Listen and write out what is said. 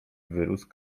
wyrósł